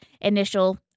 initial